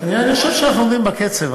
אני חושב שאנחנו עומדים בקצב.